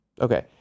Okay